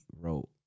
wrote